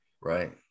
Right